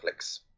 Netflix